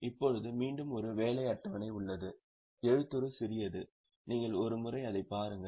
இப்போது மீண்டும் ஒரு வேலை அட்டவணை உள்ளது எழுத்துரு சிறியது நீங்கள் ஒரு முறை அதை பாருங்கள்